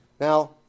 Now